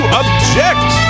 object